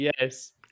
yes